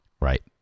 Right